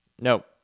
no